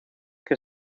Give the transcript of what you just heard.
que